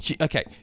okay